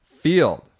field